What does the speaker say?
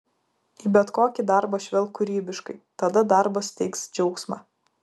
į bet kokį darbą žvelk kūrybiškai tada darbas teiks džiaugsmą